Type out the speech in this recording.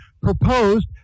proposed